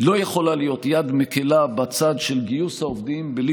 לא יכולה להיות יד מקילה בצד של גיוס העובדים בלי